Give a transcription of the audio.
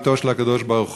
בתו של הקדוש-ברוך-הוא,